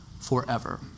forever